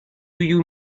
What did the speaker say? you